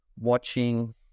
watching